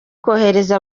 kohereza